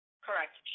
Correct